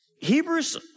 Hebrews